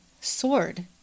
sword